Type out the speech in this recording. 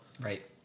Right